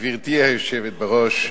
גברתי היושבת בראש,